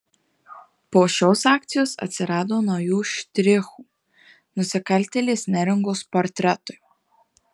po šios akcijos atsirado naujų štrichų nusikaltėlės neringos portretui